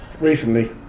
Recently